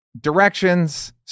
Directions